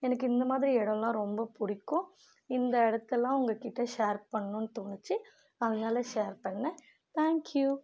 எனக்கு இந்தமாதிரி இடல்லாம் ரொம்ப பிடிக்கும் இந்த இடத்தலாம் உங்ககிட்ட ஷேர் பண்ணணும் தோணுச்சு அதனால் ஷேர் பண்ணேன் தேங்க்யூ